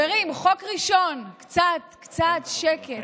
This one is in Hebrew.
חוק ראשון, קצת קצת שקט.